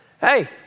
hey